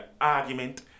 argument